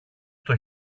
στο